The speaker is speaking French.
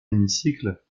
hémicycle